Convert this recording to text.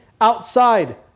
outside